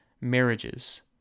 marriages